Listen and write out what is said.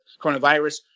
coronavirus